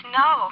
no